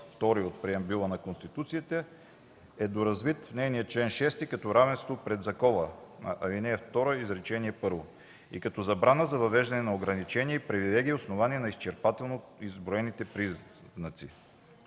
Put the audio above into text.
втори от преамбюла на Конституцията, е доразвит в нейния чл. 6, като „равенство пред закона”, ал. 2, изречение първо, и като забрана за въвеждане на ограничения и привилегии, основани на изчерпателно изброените признаци.